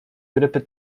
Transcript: grypy